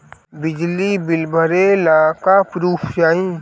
बिजली बिल भरे ला का पुर्फ चाही?